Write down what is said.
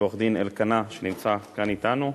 ולעורך-דין אלקנה, שנמצא כאן אתנו.